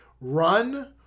run